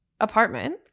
apartment